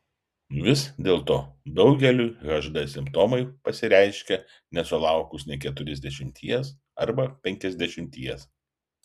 vis dėlto daugeliui hd simptomai pasireiškia nesulaukus nė keturiasdešimties arba penkiasdešimties